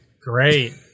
Great